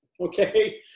Okay